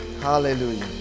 Hallelujah